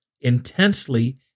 intensely